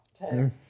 Ten